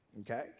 Okay